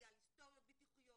בגלל היסטוריות ביטוחיות,